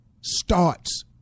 starts